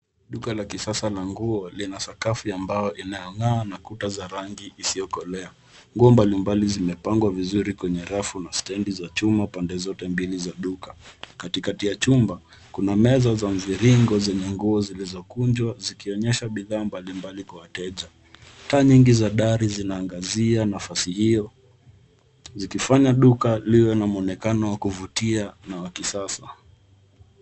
Duka la kisasa la nguo lina sakafu ya mbao inayong'aa na kuta za rangi isiyokolea. Nguo mbalimbali zimepangwa vizuri kwenye rafu na stendi za chuma pande zote mbili za duka. Katikati ya chumba kuna meza za mviringo zenye nguo zilizokunjwa zikionyesha bidhaa mbalimbali kwa wateja. Taa nyingi za dari zinaangazia nafasi hiyo zikifanya duka liwe na mwonekano wa kuvutia na wa kisasa.